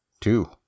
two